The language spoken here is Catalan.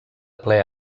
ple